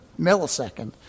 Millisecond